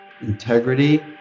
integrity